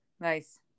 Nice